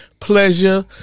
Pleasure